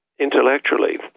intellectually